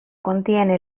contiene